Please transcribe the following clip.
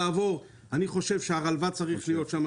אני חושב שהרלב"ד צריך להיות שם,